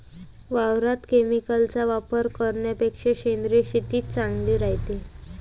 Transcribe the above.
वावरात केमिकलचा वापर करन्यापेक्षा सेंद्रिय शेतीच चांगली रायते